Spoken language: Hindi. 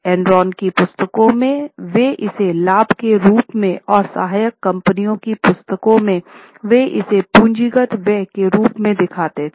एनरॉन की पुस्तकों में वे इसे लाभ के रूप में और सहायक कंपनियों की पुस्तकों में वे इसे पूंजीगत व्यय के रूप में दिखाते थे